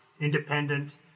independent